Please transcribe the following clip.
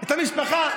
את המשפחה.